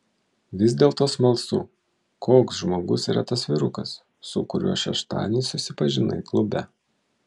vis dėlto smalsu koks žmogus yra tas vyrukas su kuriuo šeštadienį susipažinai klube